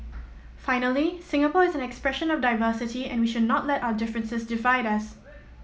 finally Singapore is an expression of diversity and we should not let our differences divide us